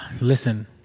listen